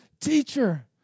teacher